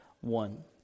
one